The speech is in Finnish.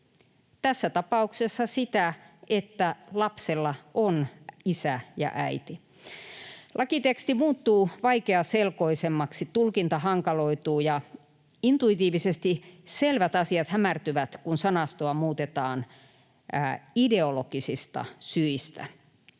tässä tapauksessa sitä, että lapsella on isä ja äiti. Lakiteksti muuttuu vaikeaselkoisemmaksi, tulkinta hankaloituu ja intuitiivisesti selvät asiat hämärtyvät, kun sanastoa muutetaan ideologisista syistä.